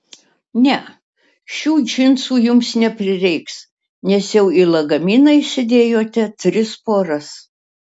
ne šių džinsų jums neprireiks nes jau į lagaminą įsidėjote tris poras